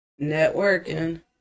networking